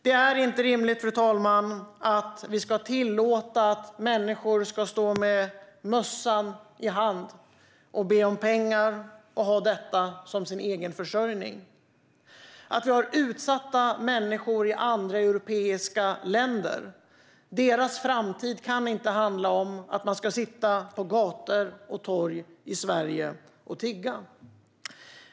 Det är inte rimligt, fru talman, att tillåta att människor ska stå med mössan i hand och be om pengar och ha detta som sin försörjning. Utsatta människor i andra länder - deras framtid kan inte handla om att de ska sitta på gator och torg i Sverige och tigga.